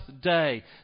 day